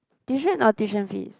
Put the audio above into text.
tuition or tuition fees